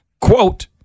quote